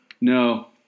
No